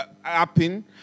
happening